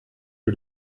que